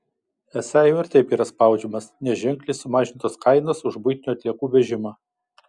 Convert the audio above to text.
esą jau ir taip yra spaudžiamas nes ženkliai sumažintos kainos už buitinių atliekų vežimą